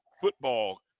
football